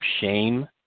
shame